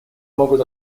могут